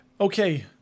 Okay